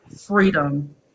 freedom